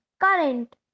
Current